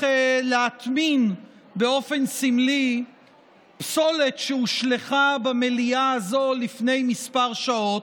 להטמין באופן סמלי פסולת שהושלכה במליאה הזו לפני כמה שעות,